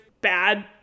bad